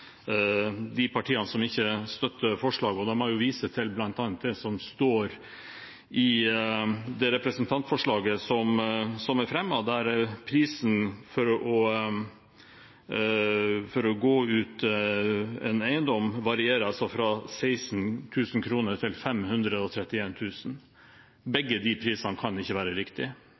de partiene som ikke støtter forslaget. De viser bl.a. til det som står i det representantforslaget som er fremmet, at prisen for å måle opp en eiendom varierer fra 16 000 kr til 531 000 kr. Begge disse prisene kan ikke være riktige. Hva som er riktig